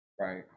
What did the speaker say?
Right